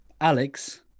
Alex